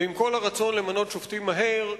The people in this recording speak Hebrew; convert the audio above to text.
ועם כל הרצון למנות שופטים מהר,